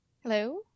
Hello